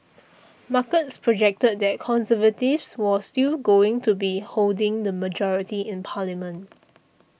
markets projected that Conservatives was still going to be holding the majority in parliament